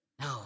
No